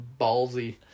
ballsy